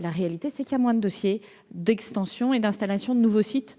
La réalité, c'est qu'il y a moins de dossiers d'extension et d'installation de nouveaux sites,